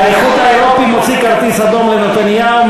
האיחוד האירופי מוציא כרטיס אדום לנתניהו,